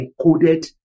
encoded